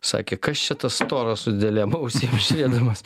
sakė kas čia tas storas su didelėm ausim žiūrėdamas